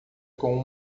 com